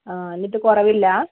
ആ എന്നിട്ട് കുറവില്ല